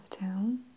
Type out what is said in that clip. down